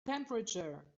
temperature